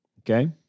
Okay